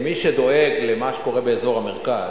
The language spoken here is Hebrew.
למי שדואג למה שקורה באזור המרכז,